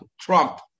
Trump